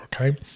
okay